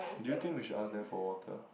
do you think we should ask them for water